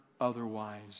otherwise